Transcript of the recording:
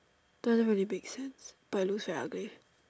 doesn't really make sense but it looks very ugly